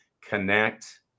connect